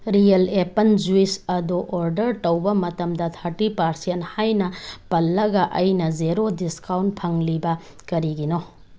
real apple juice ꯑꯗꯣ order ꯇꯧꯕ ꯃꯇꯝꯗ ꯊꯥꯔꯇꯤ ꯄꯥꯔꯁꯦꯟ ꯍꯥꯏꯅ ꯄꯜꯂꯒ ꯑꯩꯅ ꯖꯦꯔꯣ ꯗꯤꯁꯀꯥꯎꯟ ꯐꯪꯂꯤꯕ ꯀꯔꯤꯒꯤꯅꯣ